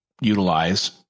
utilize